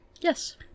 yes